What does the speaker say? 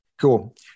Cool